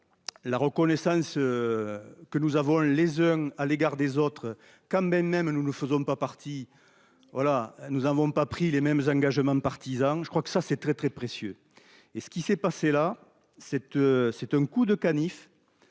La reconnaissance. Que nous avons, les uns à l'égard des autres quand même, même nous ne faisons pas partie. Voilà nous avons pas pris les mêmes engagements partisans, je crois que ça c'est très très précieux et ce qui s'est passé là cette, c'est un coup de canif.